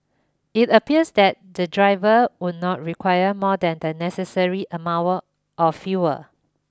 it appears that the driver would not require more than the necessary amount of fuel